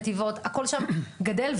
נתיבות הכל שם גדל,